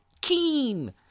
Keen